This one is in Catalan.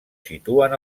situen